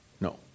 No